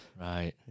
right